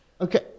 Okay